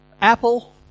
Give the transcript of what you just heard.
Apple